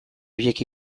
horiek